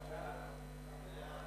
חוק